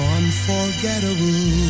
unforgettable